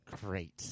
great